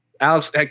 Alex